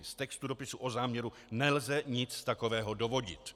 Z textu dopisu o záměru nelze nic takového dovodit.